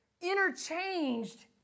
interchanged